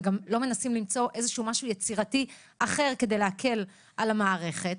וגם לא מנסים למצוא איזשהו משהו יצירתי אחר כדי להקל על המערכת.